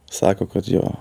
sako kad jo